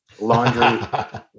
laundry